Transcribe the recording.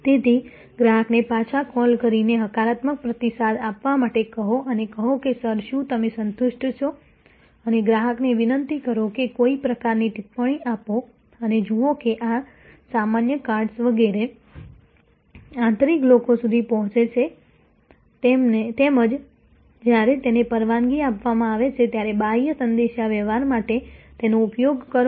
તેથી ગ્રાહકને પાછા કૉલ કરીને હકારાત્મક પ્રતિસાદ આપવા માટે કહો અને કહો કે સર શું તમે સંતુષ્ટ છો અને ગ્રાહકને વિનંતી કરો કે કોઈ પ્રકારની ટિપ્પણી આપો અને જુઓ કે આ સામાન્ય કાર્ડ્સ વગેરે આંતરિક લોકો સુધી પહોંચે છે તેમજ જ્યારે તેને પરવાનગી આપવામાં આવે ત્યારે બાહ્ય સંદેશાવ્યવહાર માટે તેનો ઉપયોગ કરો